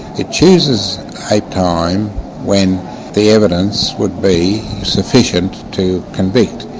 it chooses a time when the evidence would be sufficient to convict.